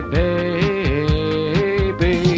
baby